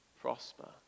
prosper